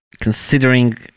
considering